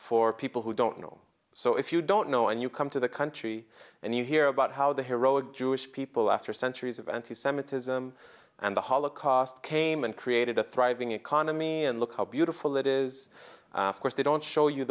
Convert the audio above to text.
for people who don't know so if you don't know and you come to the country and you hear about how the heroic jewish people after centuries of anti semitism and the holocaust came and created a thriving economy and look how beautiful it is because they don't show you